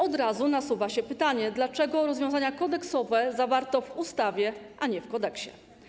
Od razu nasuwa się pytanie: Dlaczego rozwiązania kodeksowe zawarto w ustawie, a nie w kodeksie?